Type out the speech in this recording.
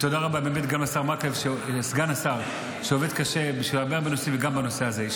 תודה לסגן השר מקלב שעובד קשה בשביל הרבה מאוד נושאים וגם בנושא הזה.